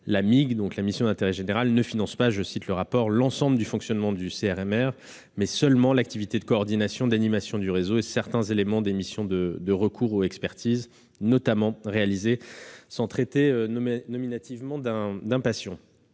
» (Piramig), la mission d'intérêt général (MIG) « ne finance pas l'ensemble du fonctionnement du CRMR, mais seulement l'activité de coordination, d'animation du réseau et certains éléments des missions de recours ou expertise, notamment réalisées sans traiter nominativement d'un patient.